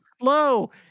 Slow